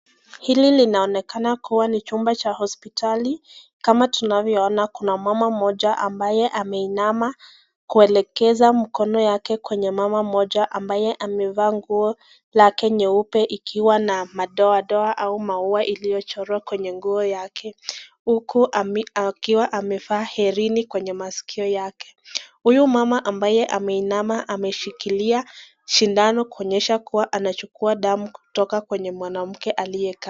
Hili linaonekana kuwa ni chumba cha hospitali kama tunavyo ona kuna mama mmoja ambaye ameinama, kuelekeza mkono yake kwenye mama moja ambaye amevaa nguo lake nyeupe ikiwa na madoadoa au maua iliyochorwa kwenye nguo yake. Uku akiwa amevaa herini kwenye maskio yake, huyu mama ambayo ameinama ameshikilia shindano kuonyesha kuwa anachukua damu kutoka kwenye mwanamke aliyekaa.